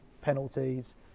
penalties